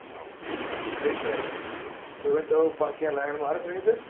نَو صحیح سَر تُہۍ ؤنۍ تَو کیٚنٛہہ لینٛڈ مارٕک ؤنِو تُہۍ